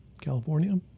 California